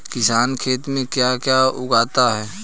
किसान खेत में क्या क्या उगाता है?